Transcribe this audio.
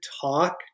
talk